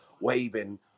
waving